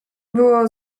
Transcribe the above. było